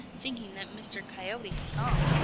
thinking that mr. coyote had gone.